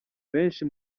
benshi